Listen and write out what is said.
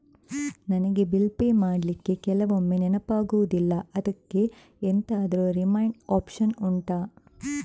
ನನಗೆ bill pay ಮಾಡ್ಲಿಕ್ಕೆ ಕೆಲವೊಮ್ಮೆ ನೆನಪಾಗುದಿಲ್ಲ ಅದ್ಕೆ ಎಂತಾದ್ರೂ ರಿಮೈಂಡ್ ಒಪ್ಶನ್ ಉಂಟಾ